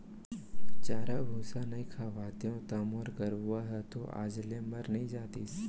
चारा भूसा नइ खवातेंव त मोर गरूवा ह तो आज ले मर नइ जातिस